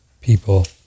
people